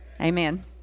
Amen